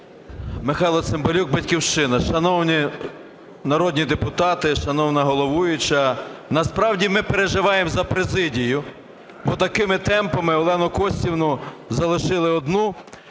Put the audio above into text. Михайло Цимбалюк, "Батьківщина". Шановні народні депутати, шановна головуюча! Насправді ми переживаємо за президію, бо такими темпами Олену Костівну залишили одну,